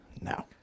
No